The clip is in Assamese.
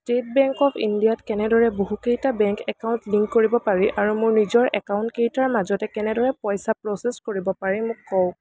ষ্টেট বেংক অৱ ইণ্ডিয়াত কেনেদৰে বহুকেইটা বেংক একাউণ্ট লিংক কৰিব পাৰি আৰু মোৰ নিজৰ একাউণ্টকেইটাৰ মাজতে কেনেদৰে পইচা প্ৰচেছ কৰিব পাৰি মোক কওক